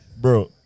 Bro